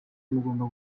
mugomba